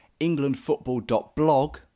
Englandfootball.blog